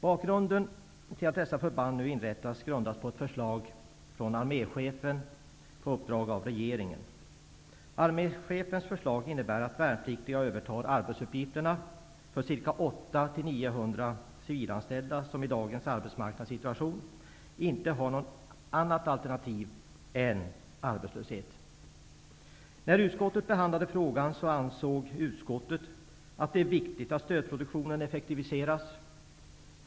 Bakgrunden till att dessa förband nu inrättas grundas på ett förslag från arméchefen -- på uppdrag av regeringen. civilanställda, som i dagens arbetsmarknadssituation inte har annat alternativ än arbetslöshet. När utskottet behandlade frågan ansåg utskottet att det är viktigt att stödproduktionen effektiviseras.